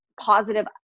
positive